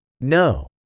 No